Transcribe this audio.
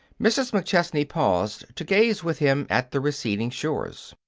mrs. mcchesney paused to gaze with him at the receding shores.